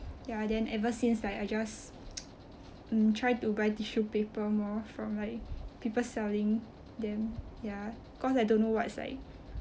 ya then ever since like I just mm try to buy tissue paper more from like people selling them ya cause I don't know what's like